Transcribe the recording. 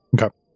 Okay